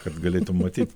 kad galėtum matyt